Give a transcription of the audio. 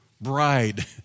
bride